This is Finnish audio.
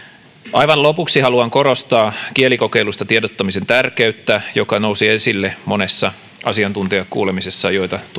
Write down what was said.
aivan lopuksi haluan korostaa kielikokeilusta tiedottamisen tärkeyttä joka nousi esille monessa asiantuntijakuulemisessa joita